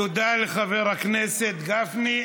תודה לחבר הכנסת גפני.